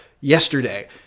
yesterday